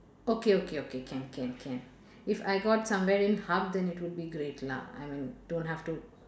okay okay okay can can can if I got somewhere in hub then it would be great lah I mean don't have to